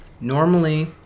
Normally